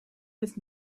with